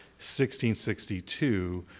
1662